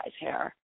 hair